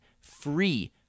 free